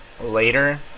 later